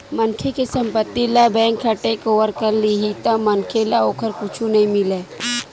मनखे के संपत्ति ल बेंक ह टेकओवर कर लेही त मनखे ल ओखर कुछु नइ मिलय